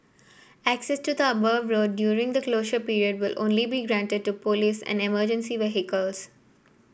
access to the above road during the closure period will only be granted to police and emergency vehicles